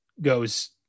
goes